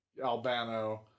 Albano